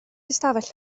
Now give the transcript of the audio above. ystafell